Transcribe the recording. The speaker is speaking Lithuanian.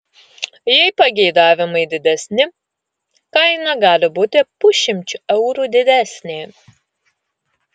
jei pageidavimai didesni kaina gali būti pusšimčiu eurų didesnė